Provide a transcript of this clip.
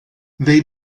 they